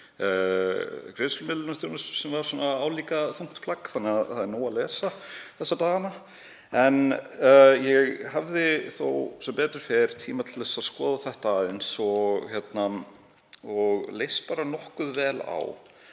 greiðslumiðlunarþjónustu sem var álíka þungt plagg þannig að það er nóg að lesa þessa dagana. Ég hafði þó sem betur fer tíma til að skoða þetta aðeins og leist bara nokkuð vel á